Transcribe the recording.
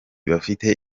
bafite